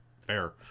fair